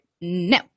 no